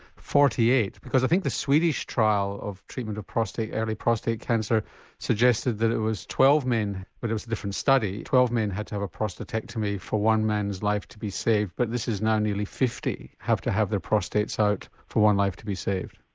forty eight because i think the swedish trial of treatment of early prostate cancer suggested that it was twelve men, but it was a different study, but twelve men had to have a prostatectomy for one man's life to be saved but this is now nearly fifty have to have their prostates out for one life to be saved.